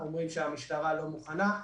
אומרים שהמשטרה לא מוכנה.